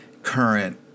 current